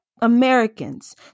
Americans